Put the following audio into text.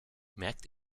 merkt